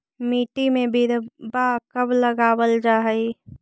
मिट्टी में बिरवा कब लगावल जा हई?